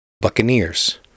Buccaneers